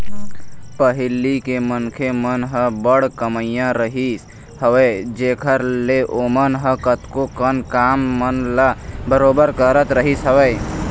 पहिली के मनखे मन ह बड़ कमइया रहिस हवय जेखर ले ओमन ह कतको कन काम मन ल बरोबर करत रहिस हवय